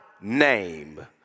name